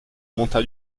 monta